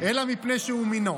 אלא מפני שהוא מינו.